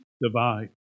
divide